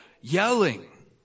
yelling